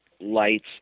lights